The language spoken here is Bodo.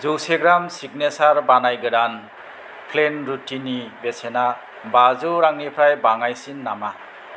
जौसे ग्राम सिगनेसार बानायगोदान प्लेन रुटिनि बेसेना बाजौ रांनिफ्राय बाङायसिन नामा